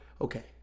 okay